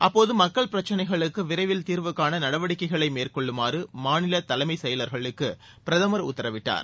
அப்போது மக்கள் பிரச்னைகளுக்கு விரைவில் தீர்வு காண நடவடிக்கைகளை மேற்கொள்ளுமாறு மாநில தலைமை செயலர்களுக்கு பிரதமர் உத்தரவிட்டார்